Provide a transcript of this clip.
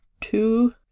two